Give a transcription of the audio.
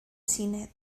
cine